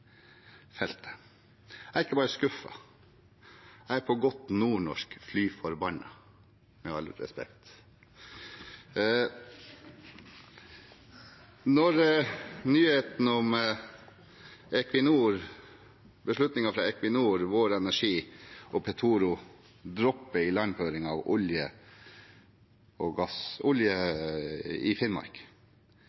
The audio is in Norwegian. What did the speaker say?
Jeg er ikke bare skuffet. Jeg er på godt nordnorsk fly forbanna – med all respekt. Når beslutningen fra Equinor, Vår Energi og Petoro er at de dropper ilandføringen av olje